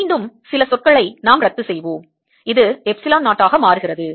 மீண்டும் சில சொற்களை நாம் ரத்து செய்வோம் இது எப்சிலன் 0 ஆக மாறுகிறது